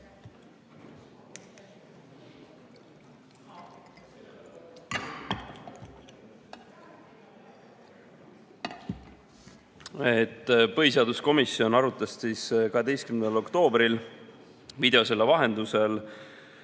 Põhiseaduskomisjon arutas 12. oktoobril videosilla vahendusel